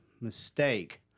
mistake